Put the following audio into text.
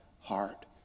heart